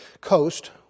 coast